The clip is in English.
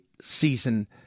season